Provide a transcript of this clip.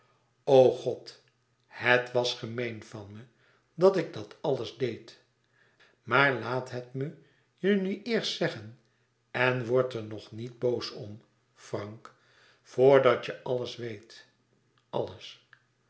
o god het was gemeen van me dat ik dat alles deed maar laat het me je nu eerst zeggen en word er nog niet boos om frank vor dat je alles weet àlles